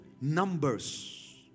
numbers